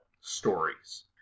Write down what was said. stories